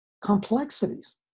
complexities